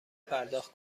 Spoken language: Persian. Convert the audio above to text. پرداخت